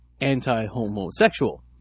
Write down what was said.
anti-homosexual